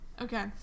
okay